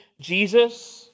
Jesus